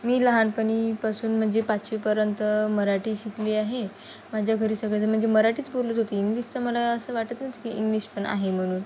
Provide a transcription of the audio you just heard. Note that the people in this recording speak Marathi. मी लहानपणीपासून म्हणजे पाचवीपर्यंत मराठी शिकली आहे माझ्या घरी सगळेच म्हणजे मराठीच बोलत होते इंग्लिशचं मला असं वाटत ना की इंग्लिश पण आहे म्हणून